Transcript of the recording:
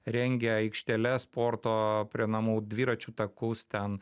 rengia aikšteles sporto prie namų dviračių takus ten